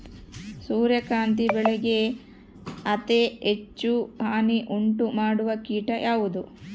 ಸೂರ್ಯಕಾಂತಿ ಬೆಳೆಗೆ ಅತೇ ಹೆಚ್ಚು ಹಾನಿ ಉಂಟು ಮಾಡುವ ಕೇಟ ಯಾವುದು?